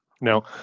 Now